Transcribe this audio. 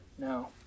No